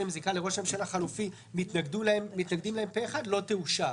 עם זיקה לראש הממשלה החלופי מתנגדים לה פה אחד לא תאושר.